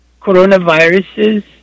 coronaviruses